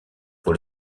pour